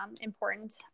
important